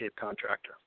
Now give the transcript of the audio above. contractor